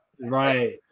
right